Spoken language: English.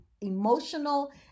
emotional